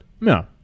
No